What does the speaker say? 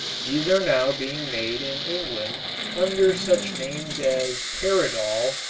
these are now being made in england under such names as paradol,